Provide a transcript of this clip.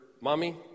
Mommy